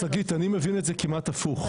שגית, אני מבין את זה כמעט הפוך.